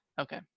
Okay